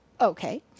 Okay